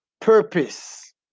purpose